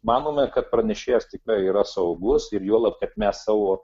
manome kad pranešėjas tikrai yra saugus ir juolab kad mes savo